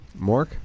Mork